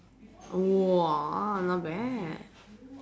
!wah! not bad